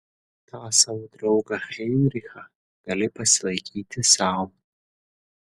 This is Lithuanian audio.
tą savo draugą heinrichą gali pasilaikyti sau